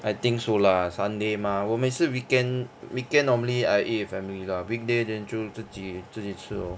I think so lah sunday mah 我每次 weekend weekend normally I eat with family lah weekday then 就自己自己吃 lor